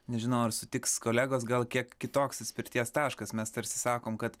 nežinau ar sutiks kolegos gal kiek kitoks atspirties taškas mes tarsi sakom kad